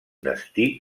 destí